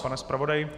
Pane zpravodaji?